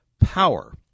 Power